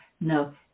no